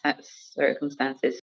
circumstances